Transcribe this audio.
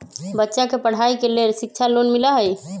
बच्चा के पढ़ाई के लेर शिक्षा लोन मिलहई?